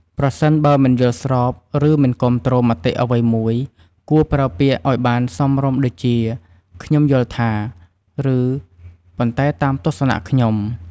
ប្រសិនបើមិនយល់ស្របឬមិនគាំទ្រមតិអ្វីមួយគួរប្រើពាក្យឲ្យបានសមរម្យដូចជា "ខ្ញុំយល់ថា" ឬ "ប៉ុន្តែតាមទស្សនៈខ្ញុំ" ។